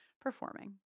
performing